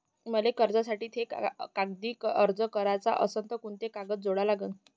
मले कर्जासाठी थे कागदी अर्ज कराचा असन तर कुंते कागद जोडा लागन?